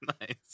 Nice